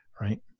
Right